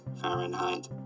Fahrenheit